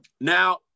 Now